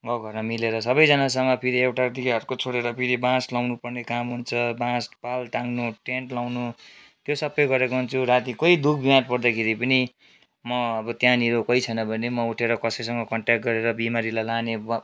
म घरमा मिलेर सबै जानासँग फेरि एउटादेखि अर्को छोडेर फेरि बाँस लाउनु पर्ने काम हुन्छ बाँस पाल टाँग्नु टेन्ट लाउनु त्यो सबै गरेको हुन्छु राति कोही दुख बीमार पर्दाखेरि पनि म अब त्यहाँनिर कोही छैन भने म उठेर कसैसँग कन्ट्याक्ट गरेर बिमारीलाई लाने